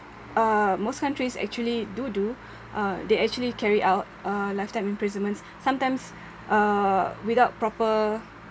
uh most countries actually do do uh they actually carry out uh lifetime imprisonments sometimes uh without proper